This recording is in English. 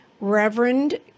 Reverend